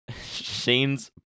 shane's